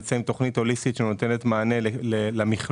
נצא עם תוכנית הוליסטית שנותנת מענה למכלול.